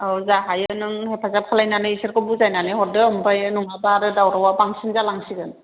औ जा हायो नों हेफाजाब खालायनानै बिसोरखौ बुजायनानै हरदो ओमफ्राय नङाबा आरो दावरावआ बांसिन जालांसिगोन